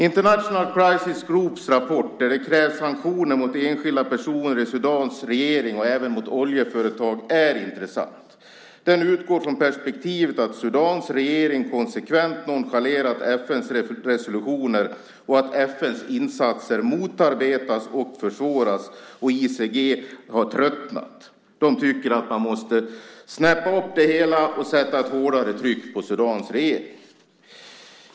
International Crisis Groups rapport, där det krävs sanktioner mot enskilda personer i Sudans regering och även mot oljeföretag, är intressant. Den utgår från perspektivet att Sudans regering konsekvent nonchalerat FN:s resolutioner och att FN:s insatser motarbetas och försvåras, och ICG har tröttnat. De tycker att man måste snäppa upp det hela och sätta ett hårdare tryck på Sudans regering.